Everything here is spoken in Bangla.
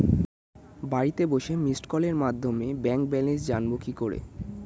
বাড়িতে বসে মিসড্ কলের মাধ্যমে ব্যাংক ব্যালেন্স জানবো কি করে?